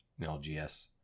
LGS